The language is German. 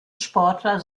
sportler